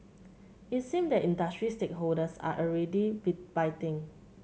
it seems that industry stakeholders are already be biting